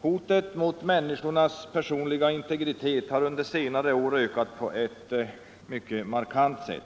Hotet mot människornas personliga integritet har under senare år ökat på ett mycket markant sätt.